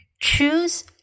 CHOOSE